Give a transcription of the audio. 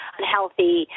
unhealthy